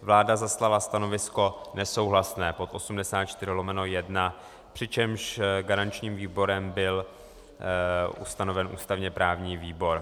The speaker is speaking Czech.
Vláda zaslala stanovisko nesouhlasné pod 84/1, přičemž garančním výborem byl ustanoven ústavněprávní výbor.